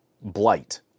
blight